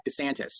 DeSantis